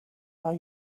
are